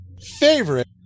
Favorite